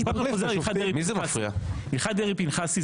הלכת דרעי-פנחסי,